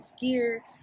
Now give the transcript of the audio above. gear